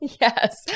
Yes